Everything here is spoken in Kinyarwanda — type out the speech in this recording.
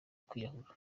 kwiyahura